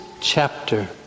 chapter